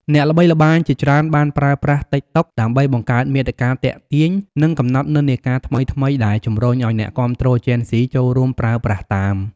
អ្នកល្បីល្បាញជាច្រើនបានប្រើប្រាស់តិកតុក ដើម្បីបង្កើតមាតិកាទាក់ទាញ និងកំណត់និន្នាការថ្មីៗ ដែលជំរុញឱ្យអ្នកគាំទ្រជេនហ្ស៊ីចូលរួមប្រើប្រាស់តាម។